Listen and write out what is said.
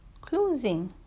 closing